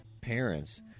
parents